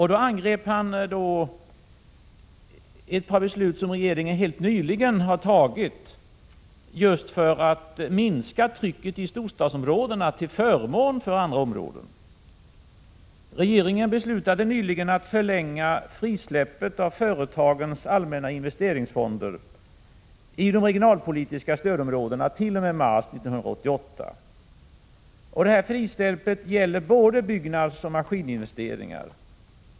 Han angrep ett par beslut som regeringen helt nyligen har fattat just för att minska trycket i storstadsområdena till förmån för andra områden. Regeringen beslutade nyligen att förlänga frisläppet av företagens allmännainvesteringsfonder i de regionalpolitiska stödområdenat.o.m. mars 1988. Detta frisläpp gäller både byggnadsoch maskininvesteringar.